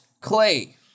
clay